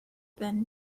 been